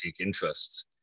interests